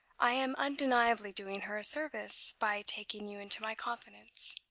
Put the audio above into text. i am undeniably doing her a service by taking you into my confidence.